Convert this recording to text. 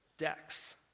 decks